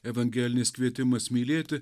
evangelinis kvietimas mylėti